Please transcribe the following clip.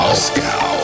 Moscow